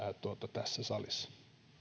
tässä salissa